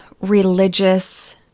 religious